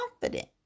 confident